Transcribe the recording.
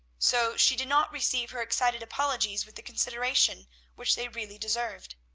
so she did not receive her excited apologies with the consideration which they really deserved.